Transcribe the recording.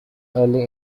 early